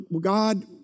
God